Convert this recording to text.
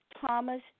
Thomas